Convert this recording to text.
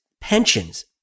pensions